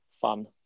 fun